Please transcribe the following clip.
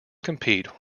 compete